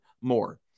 more